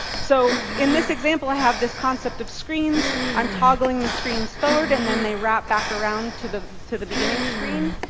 so in this example, i have this concept of screens. i'm toggling the screens forward, and then they wrap back around to the to the beginning screen.